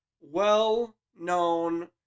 Well-known